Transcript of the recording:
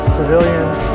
civilians